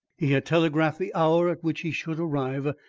he had telegraphed the hour at which he should arrive,